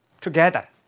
together